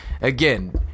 Again